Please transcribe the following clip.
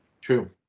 True